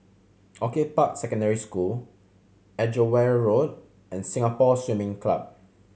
Orchid Park Secondary School Edgeware Road and Singapore Swimming Club